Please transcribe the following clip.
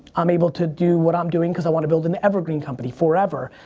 i'm able to do what i'm doing because i want to build and evergreen company forever.